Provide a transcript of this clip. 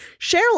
Cheryl